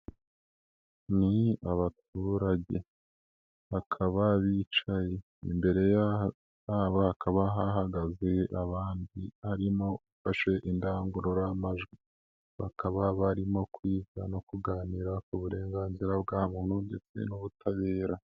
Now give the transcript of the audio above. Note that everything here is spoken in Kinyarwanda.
Ni abaturage bakaba bicaye imbere yabo hakaba hahagaze abandi harimo ufashe indangururamajwi, bakaba barimo kuganira ku burenganzira bwa muntu ndetse n'ubutabera.